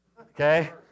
okay